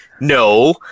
no